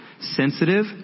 sensitive